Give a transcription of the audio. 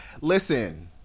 Listen